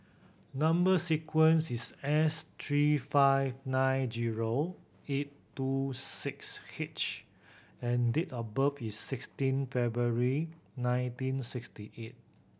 number sequence is S three five nine zero eight two six H and date of birth is sixteen February nineteen sixty eight